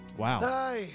Wow